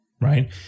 right